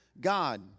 God